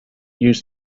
used